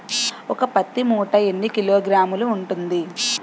ఒక పత్తి మూట ఎన్ని కిలోగ్రాములు ఉంటుంది?